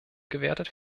gewertet